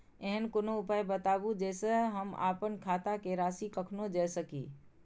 ऐहन कोनो उपाय बताबु जै से हम आपन खाता के राशी कखनो जै सकी?